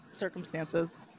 circumstances